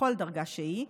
בכל דרגה שהיא,